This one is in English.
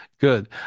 Good